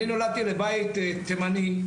נולדתי לבית תימני,